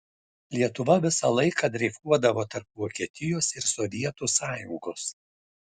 lietuva visą laiką dreifuodavo tarp vokietijos ir sovietų sąjungos